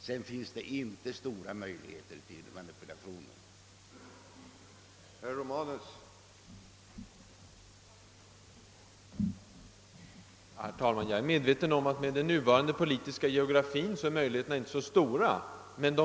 Då finns inte stora möjligheter till manipulationer av här berörd art.